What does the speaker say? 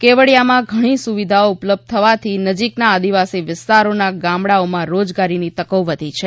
કેવડીયામાં ઘણી સુવિધાઓ ઉપલબ્ધ થવાથી નજીકના આદિવાસી વિસ્તારના ગામડાઓમાં રોજગારીની તકો વધી છે